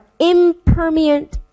impermeant